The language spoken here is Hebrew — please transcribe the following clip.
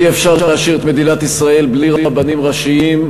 אי-אפשר להשאיר את מדינת ישראל בלי רבנים ראשיים,